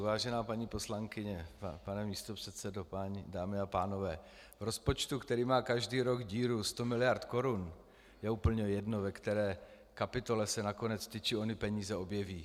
Vážená paní poslankyně, pane místopředsedo, dámy a pánové, v rozpočtu, který má každý rok díru 100 miliard korun, je úplně jedno, ve které kapitole se nakonec ty či ony peníze objeví.